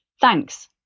thanks